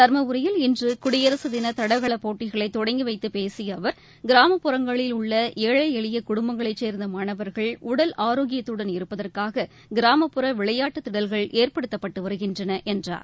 தர்மபுரியில் இன்று குடியரசுதின தடகள போட்டிகளை தொடங்கிவைத்து பேசிய அவர் கிராமப்புறங்களில் உள்ள ஏழை எளிய குடும்பங்களை சேர்ந்த மாணவர்கள் உடல் ஆரோக்கியத்துடன் இருப்பதற்காக கிராமப்புற விளையாட்டுத்திடல்கள் ஏற்படுத்தப்பட்டு வருகின்றன என்றார்